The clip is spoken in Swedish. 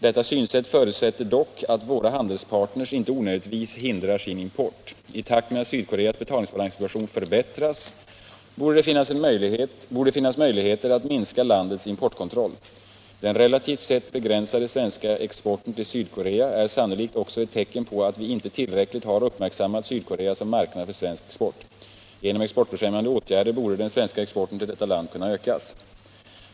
Detta synsätt förutsätter dock att våra handelspartners inte onödigtvis hindrar sin import. I takt med att Sydkoreas betalningsbalanssituation förbättras borde det finnas möjligheter att minska landets importkontroll. Den relativt sett begränsade svenska exporten till Sydkorea är sannolikt också ett tecken på att vi inte tillräckligt har uppmärksammat Sydkorea som marknad för svensk export. Genom exportfrämjande åtgärder borde den svenska exporten till detta land kunna ökas.